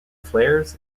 flares